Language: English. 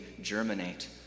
germinate